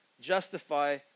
justify